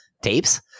tapes